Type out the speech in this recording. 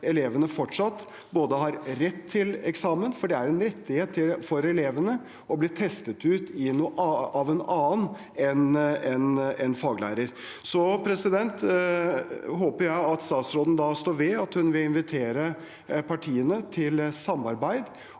elevene fortsatt har rett til eksamen, for det er en rettighet for elevene å bli testet ut av en annen enn faglæreren. Så håper jeg at statsråden står ved at hun vil invitere partiene til samarbeid